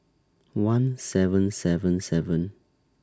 one seven seven seven